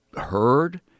heard